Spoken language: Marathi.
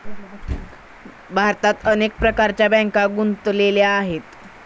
भारतात अनेक प्रकारच्या बँका गुंतलेल्या आहेत